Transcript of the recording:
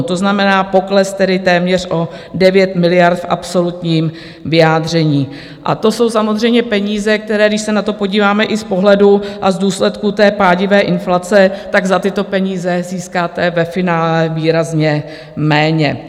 To znamená pokles téměř o 9 miliard v absolutním vyjádření a to jsou samozřejmě peníze, které, když se na to podíváme i z pohledu a z důsledků pádivé inflace, tak za tyto peníze získáte ve finále výrazně méně.